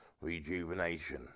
Rejuvenation